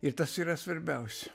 ir tas yra svarbiausia